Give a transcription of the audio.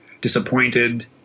disappointed